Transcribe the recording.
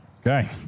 Okay